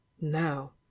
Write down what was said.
now